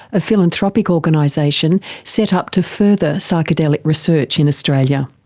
a philanthropic organisation set up to further psychedelic research in australia.